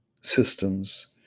systems